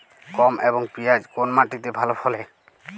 গম এবং পিয়াজ কোন মাটি তে ভালো ফলে?